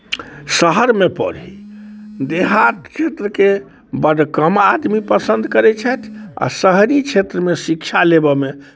शहरमे पढ़ी देहात क्षेत्रके बड्ड कम आदमी पसन्द करैत छथि आ शहरी क्षेत्रमे शिक्षा लेबयमे